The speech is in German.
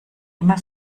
immer